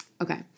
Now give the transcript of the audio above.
okay